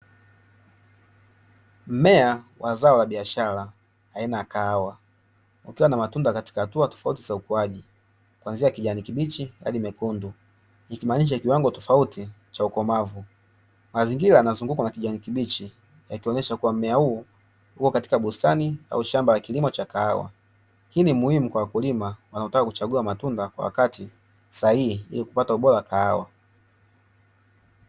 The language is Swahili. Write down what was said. Mmea wa zao la biashara aina ya kahawa ukiwa na matunda kattika hatua tofauti za ukuaji kwanzia kijanikibichi hadi mekundu ikimaanisha kiwango tofauti za ukomavu, Mazingira yanayozungukwa na kijanikibichi yakionesha kuwa mmea huu uko katika bustani au shamba la kilimo cha kahawa, Hii ni muhimu kwa wakulima wanaotaka kuchagua matunda kwa wakati sahihi ili kupata ubora wa kahawa.